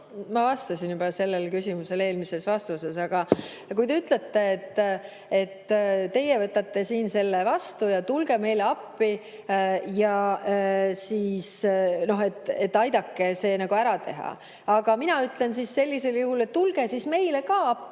Ma vastasin juba sellele küsimusele eelmises vastuses. Aga kui te ütlete, et teie võtate siin selle vastu ja tulge meile appi ja aidake see ära teha, siis mina ütlen sellisel juhul, et tulge siis meile ka appi